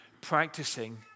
practicing